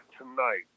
tonight